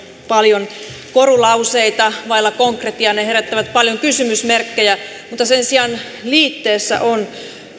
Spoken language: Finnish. paljon korulauseita vailla konkretiaa ne herättävät paljon kysymysmerkkejä mutta sen sijaan liitteessä on